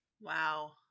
wow